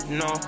no